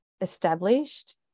established